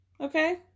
Okay